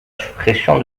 suppression